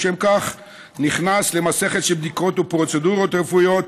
ולשם כך נכנס למסכת של בדיקות ופרוצדורות רפואיות,